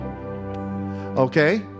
Okay